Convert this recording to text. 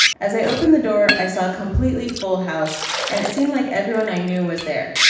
as i opened the door i saw a completely full house and it seemed like everyone i knew was there.